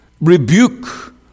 rebuke